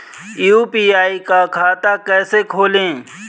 UPI का खाता कैसे खोलें?